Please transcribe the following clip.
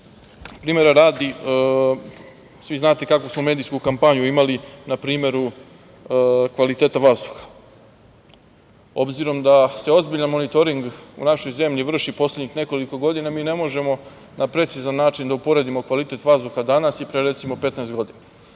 veća. Primera radi, svi znate kakvu smo medijsku kampanju imali npr. kvaliteta vazduha, obzirom da se ozbiljan monitoring u našoj zemlji vrši poslednjih nekoliko godina, mi ne možemo na precizan način da uporedimo kvalitet vazduha danas i pre 15 godina. Obzirom